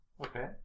Okay